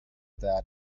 that